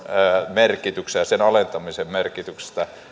ja sen alentamisen merkityksestä niin